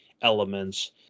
elements